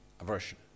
aversion